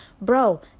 Bro